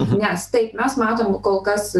nes taip mes matom kol kas